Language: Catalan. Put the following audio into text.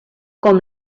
com